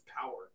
power